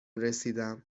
رسیدم